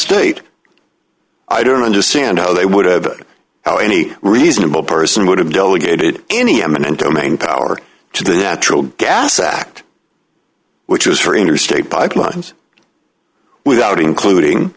state i don't understand how they would have how any reasonable person would have delegated any eminent domain power to the natural gas act which was for interstate pipelines without including